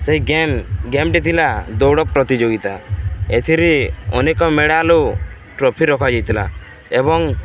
ସେଇ ଗେମ୍ ଗେମ୍ଟେ ଥିଲା ଦୌଡ଼ ପ୍ରତିଯୋଗିତା ଏଥିରେ ଅନେକ ମେଡ଼ାଲ୍ ଓ ଟ୍ରଫି ରଖାଯାଇଥିଲା ଏବଂ